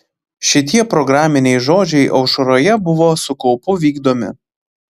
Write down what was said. šitie programiniai žodžiai aušroje buvo su kaupu vykdomi